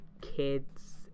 kids